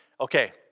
Okay